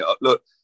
look